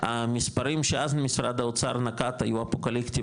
המספרים שאז משרד האוצר נקט היו אפוקליפטיים,